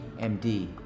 md